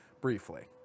briefly